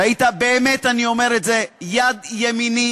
שהיית, באמת אני אומר את זה, יד ימיני,